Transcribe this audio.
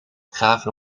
gaven